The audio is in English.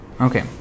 okay